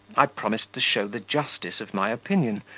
i promised to show the justice of my opinion,